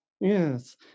yes